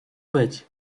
być